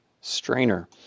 strainer